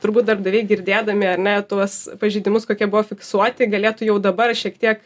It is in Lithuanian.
turbūt darbdaviai girdėdami ar ne tuos pažeidimus kokie buvo fiksuoti galėtų jau dabar šiek tiek